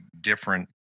different